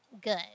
good